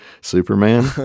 Superman